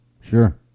Sure